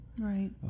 Right